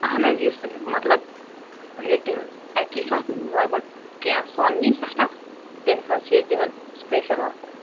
اَہَن حظ یُس مطلب ییٚتہِ اَکی ساتھ لگ بھگ کیٚنٛہہ سۅن نیی نا سیٚٹھاہ تٔمِس حظ چھِ أسی دِوان سُپیشل آفر